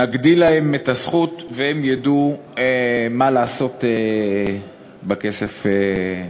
נגדיל להם את הזכות, והם ידעו מה לעשות בכסף הזה.